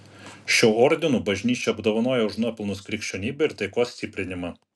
šiuo ordinu bažnyčia apdovanoja už nuopelnus krikščionybei ir taikos stiprinimą